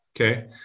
Okay